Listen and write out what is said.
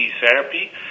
therapy